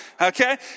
Okay